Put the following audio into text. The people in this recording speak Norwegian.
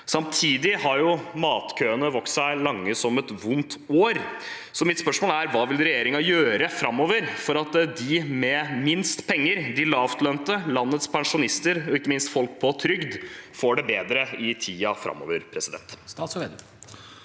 Samtidig har matkøene vokst seg lange som et vondt år. Så mitt spørsmål er: Hva vil regjeringen gjøre framover for at de med minst penger, de lavtlønte, landets pensjonister og ikke minst folk på trygd får det bedre i tiden framover? Statsråd